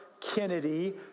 Kennedy